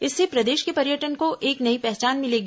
इससे प्रदेश के पर्यटन को एक नई पहचान मिलेगी